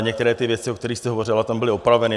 Některé věci, o kterých jste hovořila, tam byly opraveny.